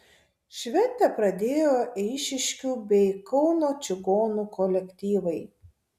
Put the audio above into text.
šventę pradėjo eišiškių bei kauno čigonų kolektyvai